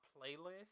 playlist